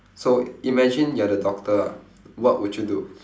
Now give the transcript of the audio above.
so imagine you are the doctor ah what would you do